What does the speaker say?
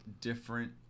different